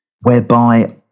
whereby